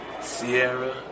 Sierra